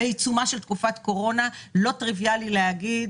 בעיצומה של תקופת קורונה לא טריוויאלי להגיד